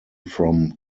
from